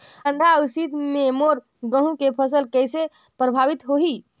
ठंडा अउ शीत मे मोर गहूं के फसल कइसे प्रभावित होही?